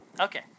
Okay